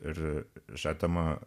ir šią temą